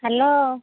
hello